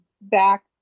back